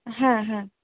হ্যাঁ হ্যাঁ